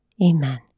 amen